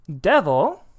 Devil